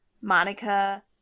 Monica